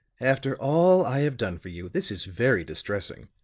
after all i have done for you, this is very distressing.